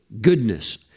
goodness